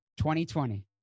2020